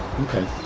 Okay